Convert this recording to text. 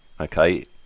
Okay